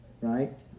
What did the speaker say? right